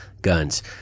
guns